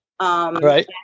Right